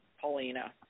Paulina